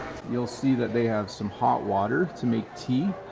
you'll see that they have some hot water to make tea.